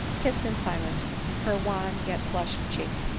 kissed in silence her wan yet flushed cheek.